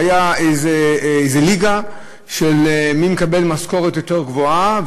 שהייתה איזו ליגה של מי מקבל משכורת יותר גבוהה,